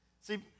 See